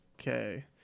Okay